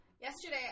Yesterday